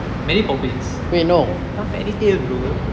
mary poppins !huh! that one fairy tale bro